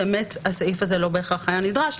באמת הסעיף הזה לא בהכרח היה נדרש.